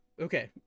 Okay